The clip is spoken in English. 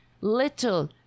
little